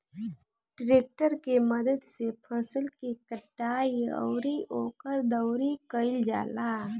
tractor के मदद से फसल के कटाई अउरी ओकर दउरी कईल जाला